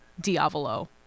Diavolo